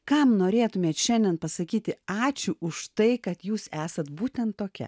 kam norėtumėt šiandien pasakyti ačiū už tai kad jūs esat būtent tokia